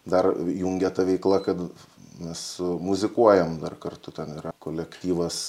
dar jungia ta veikla kad mes muzikuojam dar kartu ten yra kolektyvas